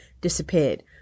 disappeared